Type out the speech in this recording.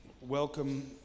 welcome